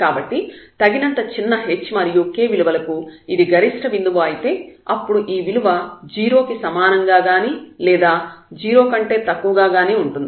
కాబట్టి తగినంత చిన్న h మరియు k విలువలకు ఇది గరిష్ట బిందువు అయితే అప్పుడు ఈ విలువ 0 కి సమానంగా గాని లేదా 0 కంటే తక్కువగా గాని ఉంటుంది